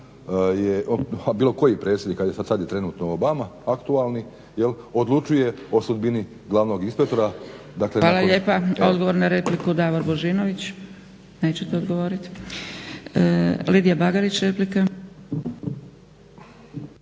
a bilo koji predsjednik, ajde sad je trenutno Obama aktualni, odlučuje o sudbini glavnog inspektora dakle nakon **Zgrebec, Dragica (SDP)** Hvala lijepa. Odgovor na repliku, Davor Božinović. Nećete odgovoriti? Lidija Bagarić, replika.